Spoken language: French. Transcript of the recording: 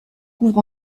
couvre